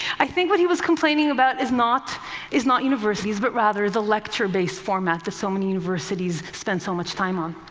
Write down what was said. i think what he was complaining about is not is not universities but rather the lecture-based format that so many universities spend so much time on.